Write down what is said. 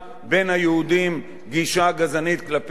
גישה גזענית כלפי עולים מאתיופיה,